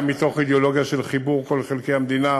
מתוך אידיאולוגיה של חיבור כל חלקי המדינה,